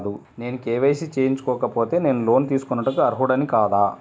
నేను కే.వై.సి చేయించుకోకపోతే నేను లోన్ తీసుకొనుటకు అర్హుడని కాదా?